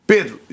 Pedro